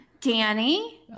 Danny